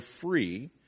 free